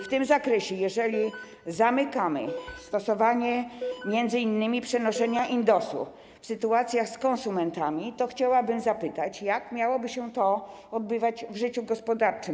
W tym zakresie, jeżeli zamykamy stosowanie m.in. przenoszenia indosu w sytuacjach z konsumentami, chciałabym zapytać, jak miałoby się to odbywać w życiu gospodarczym.